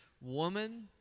Woman